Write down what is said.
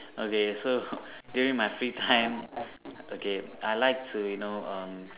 okay so during my free time okay I like to you know um